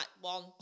one